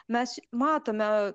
mes matome